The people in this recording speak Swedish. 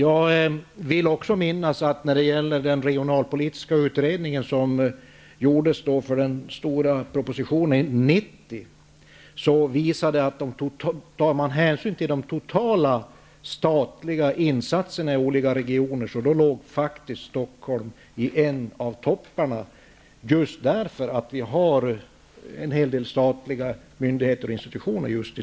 Jag vill också minnas att när det gäller den regionalpolitiska utredningen som gjordes inför den stora propositionen 90, tog man hänsyn till de totala statliga insatserna i olika regioner. Stockholm låg i en av topparna, eftersom en hel del statliga myndigheter och institutioner finns i